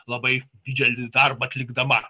labai didelį darbą atlikdama